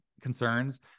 concerns